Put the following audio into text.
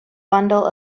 bundle